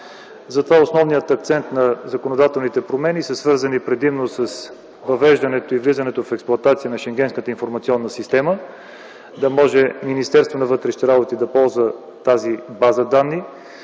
Основният акцент на законодателните промени е свързан предимно с въвеждането и влизането в експлоатация на Шенгенската информационна система, за да може Министерството на вътрешните работи да ползва тази база данни,